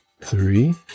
three